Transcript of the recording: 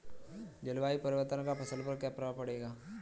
जलवायु परिवर्तन का फसल पर क्या प्रभाव पड़ेगा?